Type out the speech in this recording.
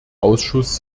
ausschuss